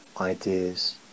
ideas